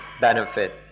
benefit